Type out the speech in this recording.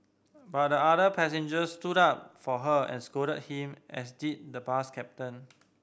but other passengers stood up for her and scolded him as did the bus captain